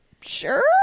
sure